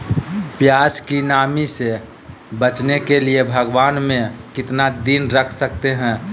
प्यास की नामी से बचने के लिए भगवान में कितना दिन रख सकते हैं?